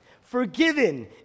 forgiven